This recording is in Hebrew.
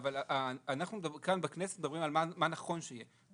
אבל אנחנו כאן בכנסת מדברים על מה נכון שיהיה.